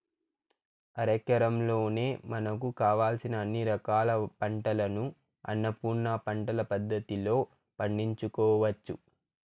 అరెకరంలోనే మనకు కావలసిన అన్ని రకాల పంటలను అన్నపూర్ణ పంటల పద్ధతిలో పండించుకోవచ్చు